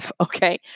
Okay